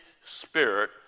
Spirit